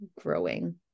growing